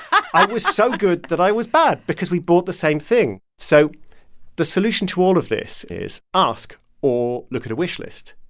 i was so good that i was bad because we bought the same thing. so the solution to all of this is ask or look at a wishlist.